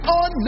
on